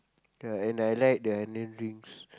ya and I like the onion rings